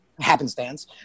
happenstance